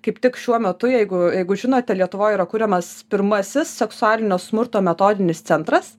kaip tik šiuo metu jeigu jeigu žinote lietuvoj yra kuriamas pirmasis seksualinio smurto metodinis centras